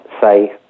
say